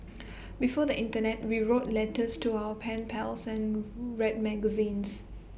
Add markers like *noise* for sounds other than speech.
before the Internet we wrote letters to our pen pals and *noise* read magazines